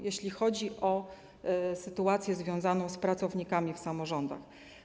Jeśli chodzi o sytuację związaną z pracownikami w samorządach.